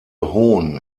hohn